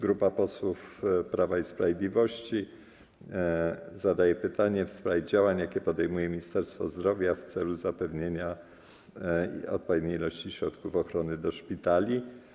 Grupa posłów Prawa i Sprawiedliwości zadaje pytanie w sprawie działań, jakie podejmuje Ministerstwo Zdrowia w celu zapewnienia odpowiedniej ilości środków ochrony dla szpitali.